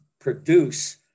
produce